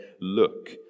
look